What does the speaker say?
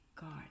guard